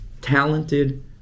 talented